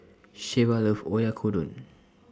Shelva loves Oyakodon